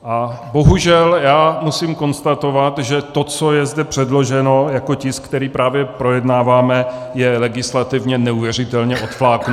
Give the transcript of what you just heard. A bohužel musím konstatovat, že to, co je zde předloženo jako tisk, který právě projednáváme, je legislativě neuvěřitelně odfláknuté.